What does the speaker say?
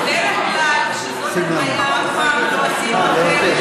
בדרך כלל כשזאת התניה, אף פעם לא עשינו אחרת.